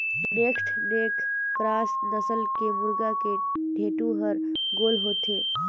naked neck cross नसल के मुरगा के ढेंटू हर गोल होथे